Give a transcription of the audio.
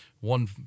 one